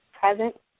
Present